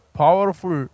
powerful